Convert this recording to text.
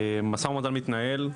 משא ומתן מתנהל,